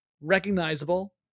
recognizable